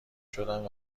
شدم